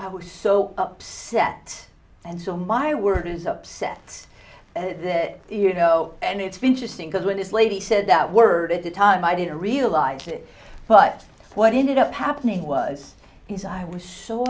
i was so upset and so my words upset you know and it's interesting because when this lady said that word it it time i didn't realize it but what ended up happening was he's i was so